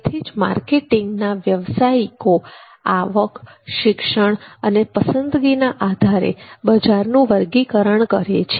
તેથી જ માર્કેટિંગના વ્યવસાયિકો આવક શિક્ષણ અને પસંદગીના આધારે બજારનું વર્ગીકરણ કરે છે